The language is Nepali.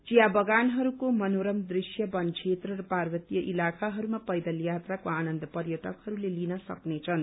चिया बगानहरूको मनोरम दृश्य बन क्षेत्र र पार्वतीय इलाकाहरूमा पैदल यात्राको आनन्द पर्यटकहरूले लिन सक्नेछन्